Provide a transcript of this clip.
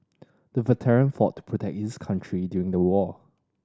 the veteran fought to protect his country during the war